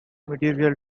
medieval